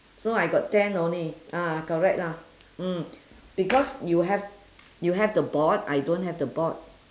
so I got ten only ah correct lah mm because you have you have the board I don't have the board